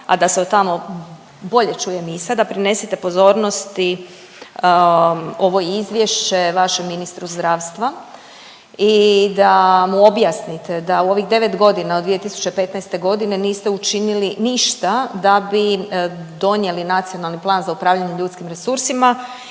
a da se tamo bolje čuje misa da prinesete pozornosti ovo izvješće vašem ministru zdravstva i da mu objasnite da u ovih 9 godina, od 2015. godine niste učinili ništa da bi donijeli nacionalni plan za upravljanje ljudskim resursima